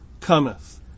cometh